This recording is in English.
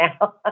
now